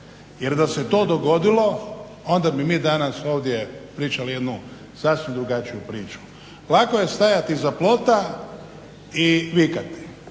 jer da se to dogodilo onda bi mi danas ovdje pričali jednu sasvim drugačiju priču. Lako je stajati iza plota i vikati.